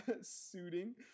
suiting